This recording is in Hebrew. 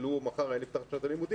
לו מחר הייתה פתיחת שנת הלימודים,